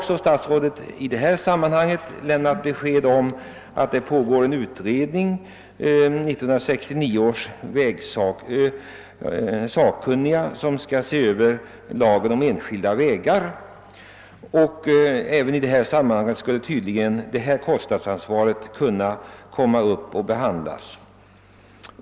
Statsrådet har sagt att 1969 års vägutredning som nu arbetar också skall se över lagen om enskilda vägar, och då kan också kostnadsansvaret i fråga om vägdelningsförrättningar, i de fall jag talat om, tas upp till behandling.